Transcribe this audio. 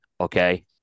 okay